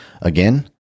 Again